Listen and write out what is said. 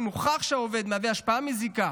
אם הוכח שהעובד מהווה השפעה מזיקה